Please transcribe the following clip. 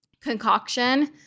concoction